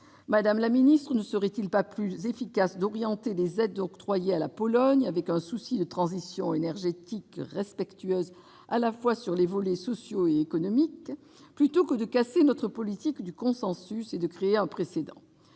propre transition. Ne serait-il pas plus efficace d'orienter les aides octroyées à la Pologne dans une perspective de transition énergétique respectueuse des volets sociaux et économiques, plutôt que de casser notre politique du consensus et de créer un précédent ?